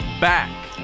back